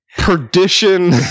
Perdition